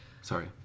Sorry